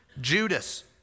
Judas